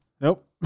Nope